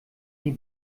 die